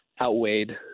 outweighed